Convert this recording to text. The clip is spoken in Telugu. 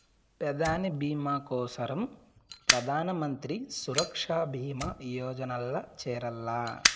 పెదాని బీమా కోసరం ప్రధానమంత్రి సురక్ష బీమా యోజనల్ల చేరాల్ల